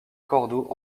cordoue